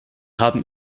haben